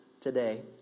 today